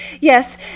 yes